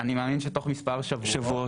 אני מאמין שתוך מספר שבועות,